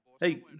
Hey